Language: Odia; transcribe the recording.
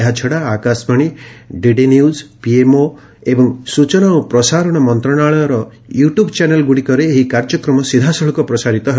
ଏହାଛଡ଼ା ଆକାଶବାଣୀ ଡିଡି ନ୍ୟୁଜ୍ ପିଏମ୍ଓ ଏବଂ ସୂଚନା ଓ ପ୍ରସାରଣ ମନ୍ତ୍ରଣାଳୟ ୟୁଟ୍ୟୁବ୍ ଚ୍ୟାନେଲ୍ଗୁଡ଼ିକରେ ଏହି କାର୍ଯ୍ୟକ୍ରମ ସିଧାସଳଖ ପ୍ରସାରିତ ହେବ